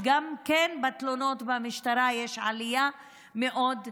גם בתלונות במשטרה יש עלייה מאוד ברורה.